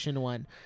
one